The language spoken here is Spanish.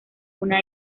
una